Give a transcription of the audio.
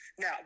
Now